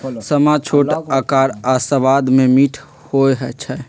समा छोट अकार आऽ सबाद में मीठ होइ छइ